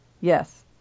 Yes